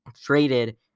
traded